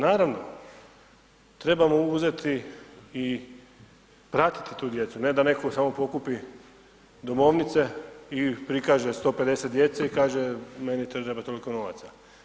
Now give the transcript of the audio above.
Naravno, trebamo uzeti i pratiti tu djecu ne da netko samo pokupio domovnice i prikaže 150 djece i kaže meni treba toliko novaca.